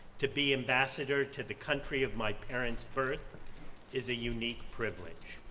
to be ambassador to the country of my parents birth is a unique privilege.